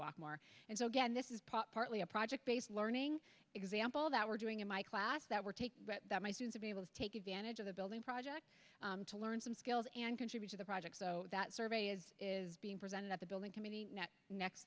walk more and so again this is part partly a project based learning example that we're doing in my class that we're taking that my soon to be able to take advantage of the building project to learn some skills and contribute to the project so that survey is is being presented at the building committee next